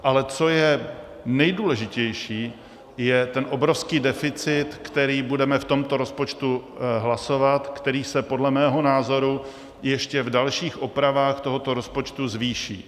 Ale co je nejdůležitější, je ten obrovský deficit, který budeme v tomto rozpočtu hlasovat, který se dle mého názoru ještě v dalších opravách tohoto rozpočtu zvýší.